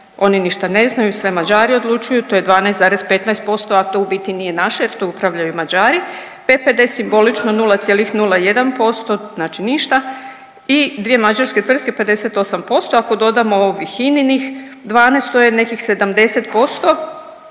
oni ništa ne znaju, sve Mađari odlučuju to je 12,15%, a to u biti nije naše jer tu upravljaju Mađari, PPD simbolično 0,01% znači ništa i dvije mađarske tvrtke 58%. Ako dodamo ovih Ininih 12 to je nekih 70%